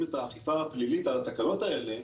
את האכיפה הפלילית על התקנות האלה,